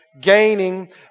gaining